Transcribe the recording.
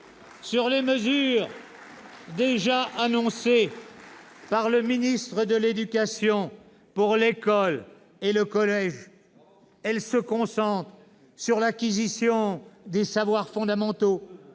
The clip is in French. sur les mesures déjà annoncées par le ministre de l'éducation nationale pour l'école et le collège. Elles se concentrent sur l'acquisition des savoirs fondamentaux,